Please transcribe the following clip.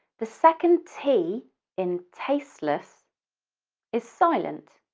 the second t in tasteless is silent.